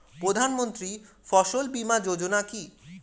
প্রধানমন্ত্রী ফসল বীমা যোজনা কি?